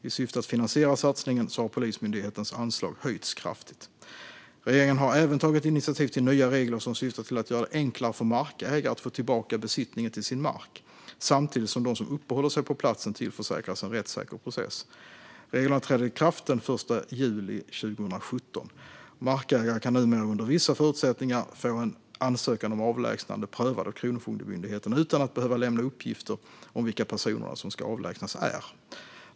I syfte att finansiera satsningen har Polismyndighetens anslag höjts kraftigt. Regeringen har även tagit initiativ till nya regler som syftar till att göra det enklare för markägare att få tillbaka besittningen till sin mark, samtidigt som de som uppehåller sig på platsen tillförsäkras en rättssäker process. Reglerna trädde i kraft den 1 juli 2017. Markägare kan numera under vissa förutsättningar få en ansökan om avlägsnande prövad av Kronofogdemyndigheten utan att behöva lämna uppgifter om vilka personerna som ska avlägsnas är.